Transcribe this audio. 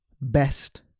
best